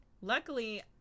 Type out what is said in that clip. Luckily